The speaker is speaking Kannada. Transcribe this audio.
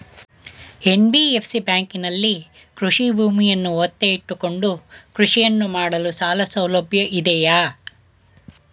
ಎನ್.ಬಿ.ಎಫ್.ಸಿ ಬ್ಯಾಂಕಿನಲ್ಲಿ ಕೃಷಿ ಭೂಮಿಯನ್ನು ಒತ್ತೆ ಇಟ್ಟುಕೊಂಡು ಕೃಷಿಯನ್ನು ಮಾಡಲು ಸಾಲಸೌಲಭ್ಯ ಇದೆಯಾ?